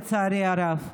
לצערי הרב.